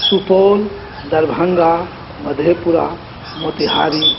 Supaul Darbhanga Madhepura Motihari